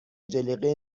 جلیقه